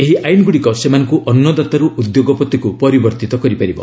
ଏହି ଆଇନ୍ଗୁଡ଼ିକ ସେମାନଙ୍କୁ ଅନ୍ନଦାତାରୁ ଉଦ୍ୟୋଗପତିକୁ ପରିବର୍ତ୍ତିତ କରିପାରିବ